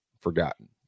forgotten